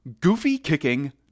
Goofy-kicking